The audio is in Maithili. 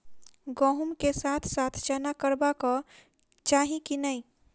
गहुम केँ साथ साथ चना करबाक चाहि की नै?